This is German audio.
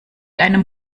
einem